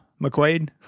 McQuaid